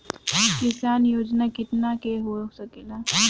किसान योजना कितना के हो सकेला?